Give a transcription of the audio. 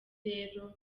rero